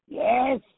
Yes